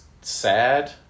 sad